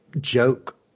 joke